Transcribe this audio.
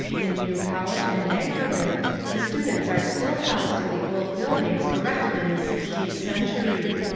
in new college and magdalen the students are still housed in the old buildings erected in the sixteenth century.